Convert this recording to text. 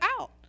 out